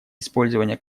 использование